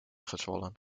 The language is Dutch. gezwollen